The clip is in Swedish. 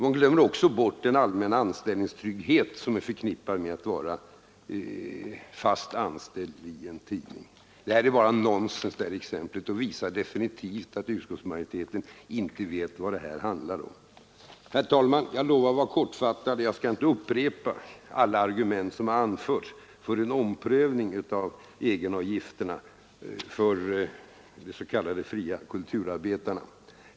Man glömmer också bort den allmänna anställningstrygghet som är förknippad med att vara fast medarbetare vid en tidning. Det exempel som anförts är bara nonsens och visar definitivt att majoriteten inte vet vad saken handlar om. Herr talman! Jag lovade att vara kortfattad och skall inte upprepa alla argument som anförts för en omprövning av egenavgifterna för de s.k. fria kulturarbetarna.